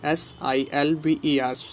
silver